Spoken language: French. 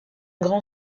grand